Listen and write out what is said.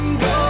go